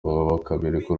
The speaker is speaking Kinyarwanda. bakabereka